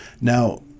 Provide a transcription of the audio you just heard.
Now